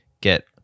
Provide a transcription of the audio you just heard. get